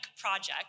project